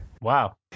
wow